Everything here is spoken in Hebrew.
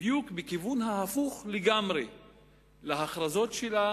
ובדיוק בכיוון ההפוך לגמרי להכרזות שלה